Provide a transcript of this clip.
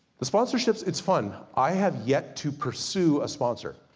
the sponsorships, it's fun. i have yet to pursue a sponsor.